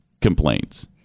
complaints